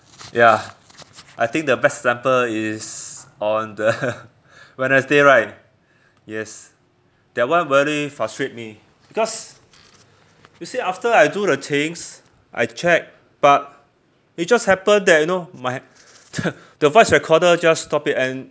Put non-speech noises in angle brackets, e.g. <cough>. ya I think the best example is on the <laughs> wednesday right yes that one really frustrate me because you see after I do the things I check but it just happened that you know my <laughs> the voice recorder just stop it and